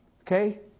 Okay